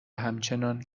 همچنان